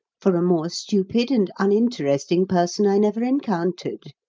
for a more stupid and uninteresting person i never encountered.